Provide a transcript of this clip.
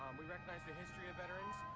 we recognize the history of veterans,